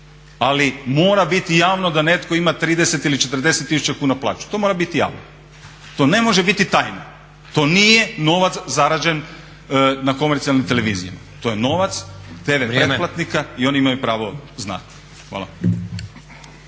ali mora biti javno da netko ima 30 ili 40 tisuća kuna plaću. To mora biti javno, to ne može biti tajno, to nije novac zarađen na komercijalnim televizijama. To je novac TV pretplatnika i oni imaju pravo znati. Hvala.